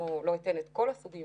מי לא נמצא בראש שלנו לצורך העניין,